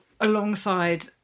alongside